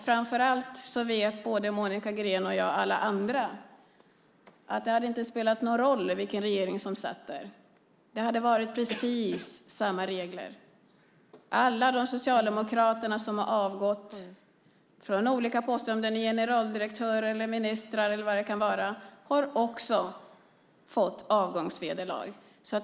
Framför allt vet både Monica Green, jag och alla andra att det inte hade spelat någon roll vilken regering det var, det skulle ha varit precis samma regler under en socialdemokratisk regering. Alla de socialdemokrater som har avgått från olika poster - generaldirektörer, ministrar eller vilka det nu kan vara - har också fått avgångsvederlag.